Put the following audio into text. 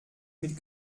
mit